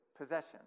possession